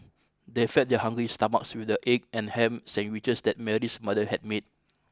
they fed their hungry stomachs with the egg and ham sandwiches that Mary's mother had made